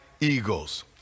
eagles